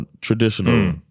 traditional